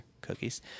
Cookies